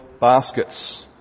baskets